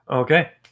Okay